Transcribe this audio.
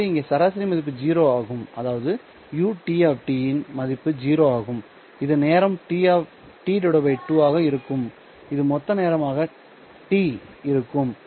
எனவே இங்கே சராசரி மதிப்பு 0 ஆகும் அதாவது ud இன் மதிப்பு 0 ஆகும் இது நேரம் t 2 ஆக இருக்கும் இது மொத்த நேரமாக T இருக்கும்